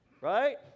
right